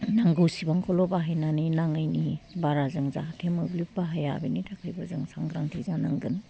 नांगौ सिबांखौल' बाहायनानै नाङैनि बारा जों जाहाथे मोब्लिब बाहाया बेनि थाखायबो जों सांग्रांथि जानांगोन